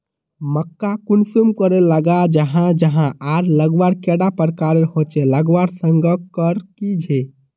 मक्का कुंसम करे लगा जाहा जाहा आर लगवार कैडा प्रकारेर होचे लगवार संगकर की झे?